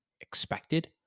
expected